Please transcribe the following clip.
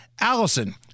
Allison